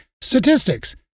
statistics